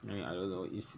I mean I don't know it's